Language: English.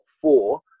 four